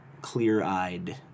clear-eyed